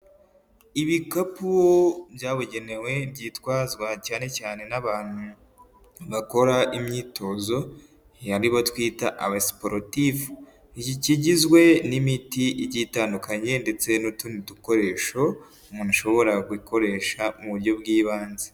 Ibikapu byabugenewe byitwazwa cyane cyane n'abantu bakora imyitozo, ari bo twita abasiporutifu. Iki igizwe n'imiti igitandukanye ndetse n'utundi dukoresho umuntu ashobora gukoresha mu buryo bw'ibanze.